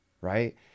right